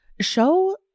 show